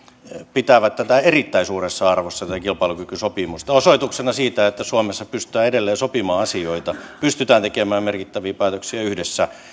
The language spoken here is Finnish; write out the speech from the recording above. pitävät erittäin suuressa arvossa kilpailukykysopimusta osoituksena siitä että suomessa pystytään edelleen sopimaan asioita pystytään tekemään merkittäviä päätöksiä yhdessä